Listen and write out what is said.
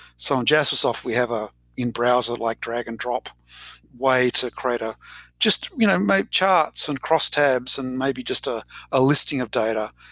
so in jaspersoft, we have a in-browser like drag-and-drop way to create a just you know make charts and cross-tabs and maybe just ah a listing of data,